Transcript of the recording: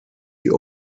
die